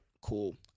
cool